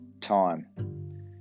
time